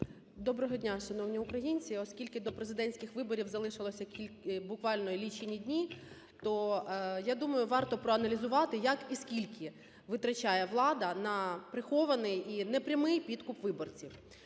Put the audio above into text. Доброго дня, шановні українці. Оскільки до президентських виборів залишилося буквально лічені дні, то я думаю, варто проаналізувати, як і скільки витрачає влада на прихований і непрямий підкуп виборців.